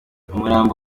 umurambo